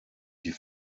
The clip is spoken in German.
die